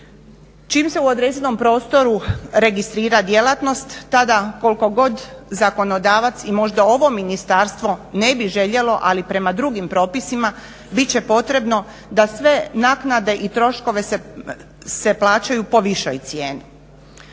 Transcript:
Čim se u određenom prostoru registrira djelatnost tada koliko god zakonodavac i možda i ovo ministarstvo ne bi željelo, ali prema drugim propisima bit će potrebno da sve naknade i troškove se plaćaju po višoj cijeni.